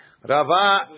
Rava